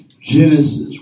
Genesis